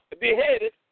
beheaded